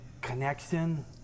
connection